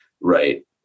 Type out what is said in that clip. right